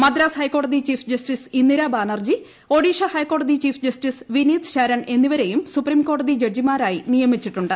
മദ്രാസ് ഹൈക്കോടതി chief justice Indira Banerjee Odisha ഹൈക്കോടതി chief justice Vineet Saran എന്നിവരെയും സുപ്രീം കോടതി ജഡ്ജിമാരായി നിയമിച്ചിട്ടുണ്ട്